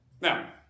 Now